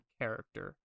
character